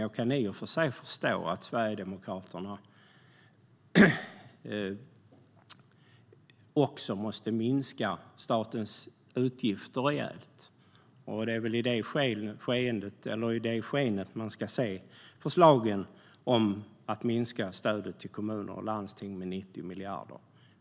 Jag kan dock förstå att Sverigedemokraterna måste minska statens utgifter rejält. Det är väl i det skenet vi ska se förslagen om att minska stödet till kommuner och landsting med 90 miljarder.